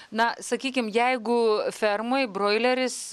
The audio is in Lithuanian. na sakykim jeigu fermoj broileris